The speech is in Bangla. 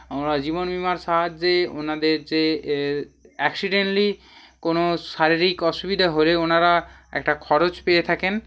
আমরা জীবনবিমার সাহায্যে ওনাদের যে অ্যাক্সিডেন্টালি কোনো শারীরিক অসুবিধা হলে ওনারা একটা খরচ পেয়ে থাকেন